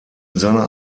seiner